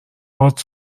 باهات